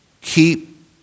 keep